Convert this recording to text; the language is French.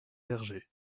berger